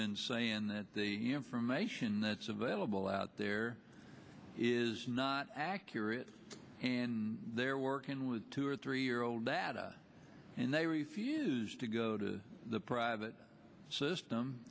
been saying that the information that's available out there is not accurate and they're working with two or three year old and they refused to go to the private system